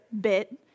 bit